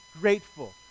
grateful